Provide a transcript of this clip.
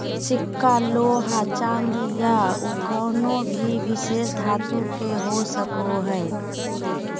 सिक्का लोहा चांदी या कउनो भी विशेष धातु के हो सको हय